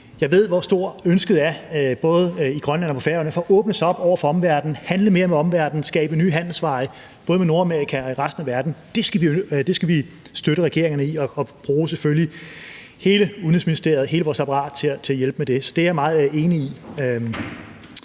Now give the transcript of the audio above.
Jeg ved, hvor stort ønsket er både i Grønland og på Færøerne for at åbne sig op over for omverdenen, handle mere med omverdenen, skabe nye handelsveje, både i Nordamerika og i resten af verden. Det skal vi støtte regeringerne i og selvfølgelig bruge hele Udenrigsministeriet og vores apparat til at hjælpe med. Så det er jeg meget enig i.